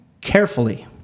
carefully